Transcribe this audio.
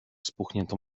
spuchniętą